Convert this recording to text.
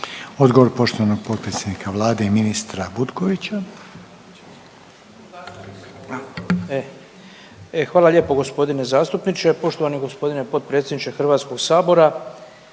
Odgovor poštovanog potpredsjednika Vlade i ministra Butkovića. **Butković, Oleg (HDZ)** Hvala lijepo gospodine zastupniče. Poštovani gospodine potpredsjedniče Hrvatskog sabora,